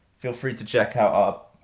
feel free to check out our